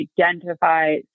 identify